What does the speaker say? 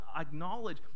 acknowledge